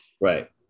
Right